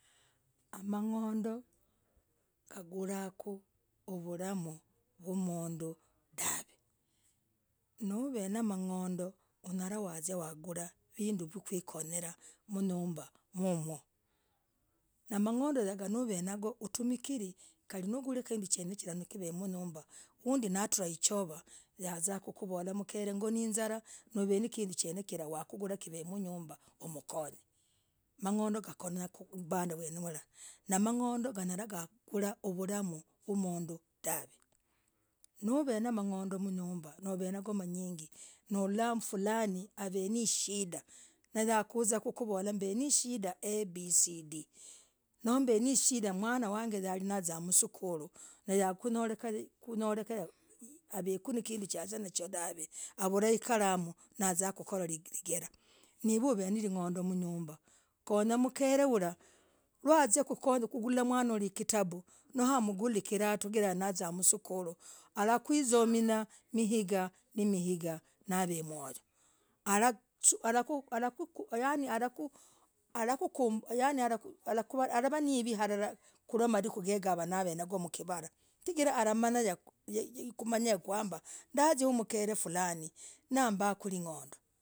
Khumalizanah namang'ana hagoo mkanah anyol mkanah namw myai anyol mkarii hiyagaa yenyekene amletah mletane mmanyane kabisa mtevane mkandoolizana kuizirah dahv mmanyane huyu niwarushikii ndii ndakutagah nahuyu atrah haii ilikali namletenah mmmanye yakwamba mletane mwizira ngenyekanangah nakandii kuletanah kwatrah kar mkavolah moyai ukutevii nautagakuvolah hinz neekuzia mvukali dahv hinz nambeendii mb nalukari guwaahge no!L lukari kwatrah kutrah kal vanduu valetana mamah vovoo waletanah wababah hobo wailanah.